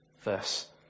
Verse